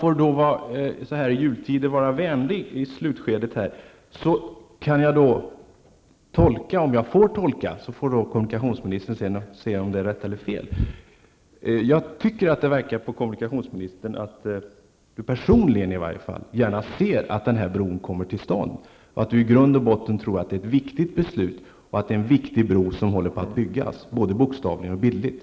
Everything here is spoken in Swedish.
För att så här i juletider vara vänlig, tolkar jag det som -- kommunikationsministern får sedan säga om jag har tolkat rätt eller fel -- att kommunikationsministern personligen gärna ser att bron kommer till stånd, och att vi i grund och botten tycker att det är ett viktigt beslut och att det -- både bokstavligen och bildligt -- är en viktig bro som skall byggas.